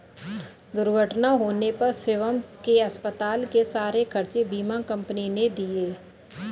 दुर्घटना होने पर शिवम के अस्पताल के सारे खर्चे बीमा कंपनी ने दिए